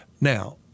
Now